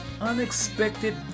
unexpected